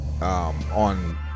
on